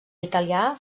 italià